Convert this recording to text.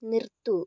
നിർത്തൂ